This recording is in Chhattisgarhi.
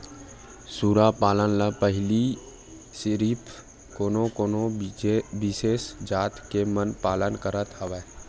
सूरा पालन ल पहिली सिरिफ कोनो कोनो बिसेस जात के मन पालत करत हवय